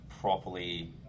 properly